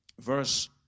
verse